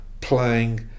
playing